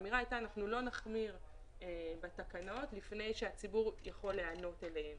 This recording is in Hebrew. האמירה הייתה שאנחנו לא נחמיר בתקנות לפני שהציבור יכול לעמוד בהן.